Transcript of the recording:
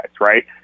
right